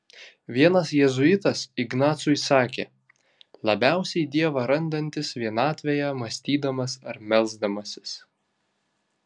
vienas jėzuitas ignacui sakė labiausiai dievą randantis vienatvėje mąstydamas ar melsdamasis